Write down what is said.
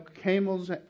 camel's